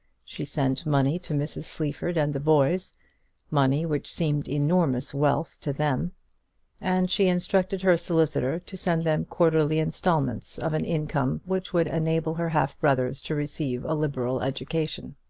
she sent money to mrs. sleaford and the boys money which seemed enormous wealth to them and she instructed her solicitor to send them quarterly instalments of an income which would enable her half-brothers to receive a liberal education.